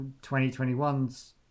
2021's